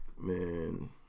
man